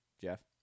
Jeff